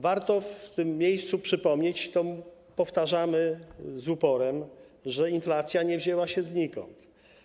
Warto w tym miejscu przypomnieć, to powtarzamy z uporem, że inflacja nie wzięła się znikąd.